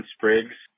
Spriggs